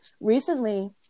recently